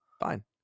Fine